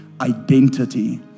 identity